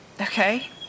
okay